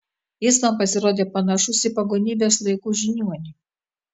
jis man pasirodė panašus į pagonybės laikų žiniuonį